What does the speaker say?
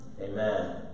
amen